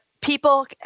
people